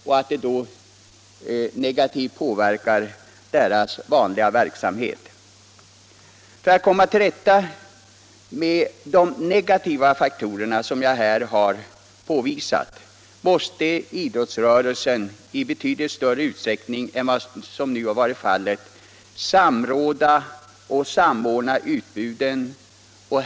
Det inverkar negativt på deras vanliga verksamhet. För att komma till rätta med de negativa faktorer som jag här har påvisat måste idrottsrörelsen i betydligt större utsträckning än som nu är fallet samråda och samordna utbuden.